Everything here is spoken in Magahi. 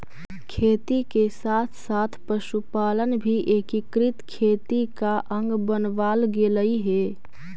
खेती के साथ साथ पशुपालन भी एकीकृत खेती का अंग बनवाल गेलइ हे